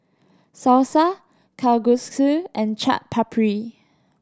Salsa Kalguksu and Chaat Papri